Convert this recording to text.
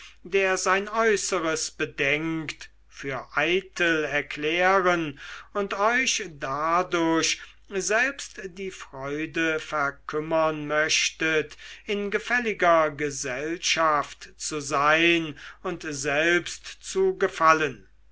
der sein äußeres bedenkt für eitel erklären und euch dadurch selbst die freude verkümmern möchtet in gefälliger gesellschaft zu sein und selbst zu gefallen